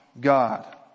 God